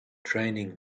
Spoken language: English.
training